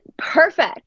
Perfect